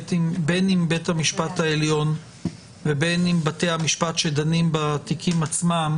בין אם בית המשפט העליון ובין אם בתי המשפט שדנים בתיקים עצמם